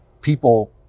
people